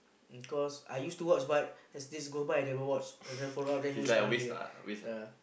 cause I used to watch but there's this gold bar I never watch and then follow up then waste money ah yeah